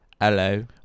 Hello